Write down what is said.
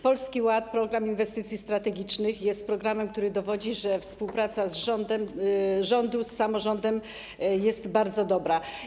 Polski Ład, Program Inwestycji Strategicznych jest programem, który dowodzi, że współpraca rządu z samorządem jest bardzo dobra.